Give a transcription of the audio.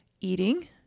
eating